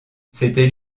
c’était